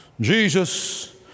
Jesus